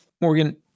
Morgan